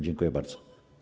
Dziękuję bardzo.